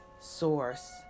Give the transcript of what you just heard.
source